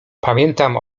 pamiętam